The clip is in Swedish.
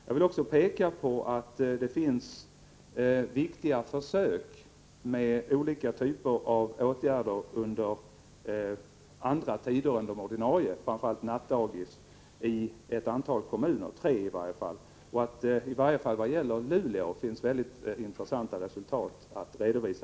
Jag vill också peka på att det pågår viktiga försök med andra öppethållandetider än de ordinarie, framför allt nattdaghem, i ett antal kommuner, åtminstone tre. T.ex. i Luleå finns det mycket intressanta resultat att redovisa.